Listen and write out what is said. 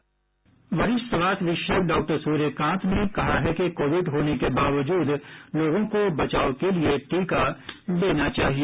वरिष्ठ स्वास्थ्य विशेषज्ञ डॉक्टर सूर्यकांत ने कहा है कि कोविड होने के बावजूद लोगों को बचाव के लिए टीका लेना चाहिए